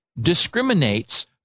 discriminates